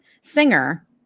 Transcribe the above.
singer